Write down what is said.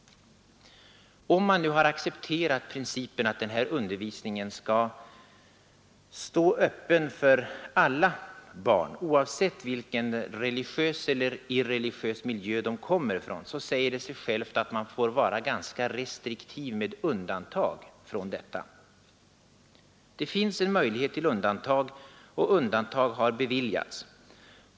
Om man nu har accepterat principen att undervisningen i religionskunskap skall stå öppen för alla barn, oavsett vilken miljö — religiös eller irreligiös — de kommer från, säger det sig självt att man får vara ganska restriktiv med undantag. Det finns en möjlighet till befrielse, och sådan befrielse har i vissa fall beviljats.